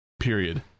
Period